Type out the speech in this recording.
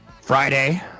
Friday